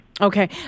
Okay